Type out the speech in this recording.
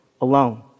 alone